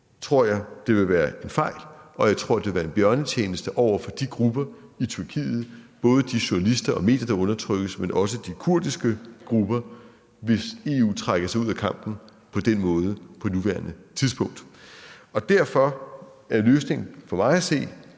tror jeg, det vil være en fejl, og jeg tror, at det vil være en bjørnetjeneste at gøre de pressede grupper i Tyrkiet, både de journalister og medier, der undertrykkes, men også de kurdiske grupper, hvis EU trækker sig ud af kampen på den måde på nuværende tidspunkt. Derfor er løsningen for mig og for